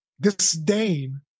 disdain